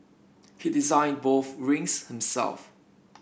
he designed both rings himself